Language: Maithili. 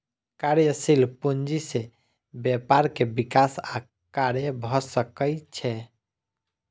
कार्यशील पूंजी से व्यापार के विकास आ कार्य भ सकै छै